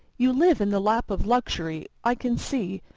you live in the lap of luxury, i can see,